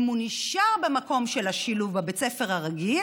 אם הוא נשאר במקום של השילוב, בבית הספר הרגיל,